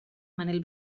manel